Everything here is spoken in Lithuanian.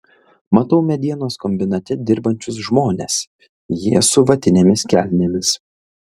matau medienos kombinate dirbančius žmones jie su vatinėmis kelnėmis